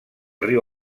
riu